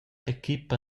equipa